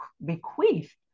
bequeathed